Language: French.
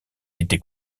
était